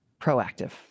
proactive